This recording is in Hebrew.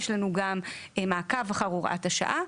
יש לנו גם מעקב אחר הוראת השעה.